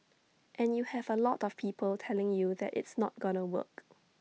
and you have A lot of people telling you that it's not gonna work